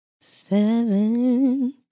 Seven